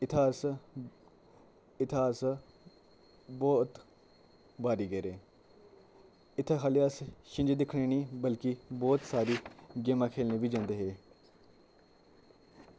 इत्थै अस इत्थै अस बोह्त बारी गेदे इत्थै खाल्ली अस छिंज दिक्खने निं बल्कि बोह्त सारी गेमां खेलने वी जंदे हे